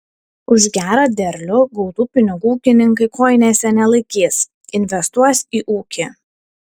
už gerą derlių gautų pinigų ūkininkai kojinėse nelaikys investuos į ūkį